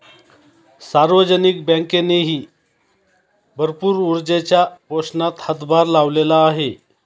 सार्वजनिक बँकेनेही भरपूर ऊर्जेच्या पोषणात हातभार लावलेला आहे